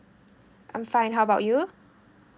I'm fine how about you